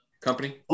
company